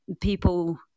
people